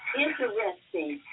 interesting